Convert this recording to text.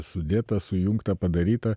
sudėta sujungta padaryta